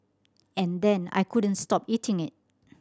and then I couldn't stop eating it